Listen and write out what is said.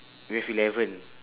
we have eleven